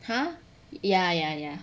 hmm ya ya ya